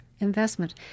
Investment